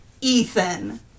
Ethan